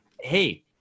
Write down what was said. hey